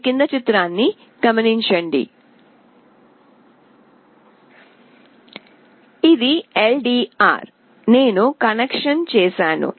ఇది ఎల్డిఆర్ నేను కనెక్షన్ చేసాను